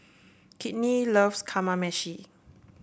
Kinte loves Kamameshi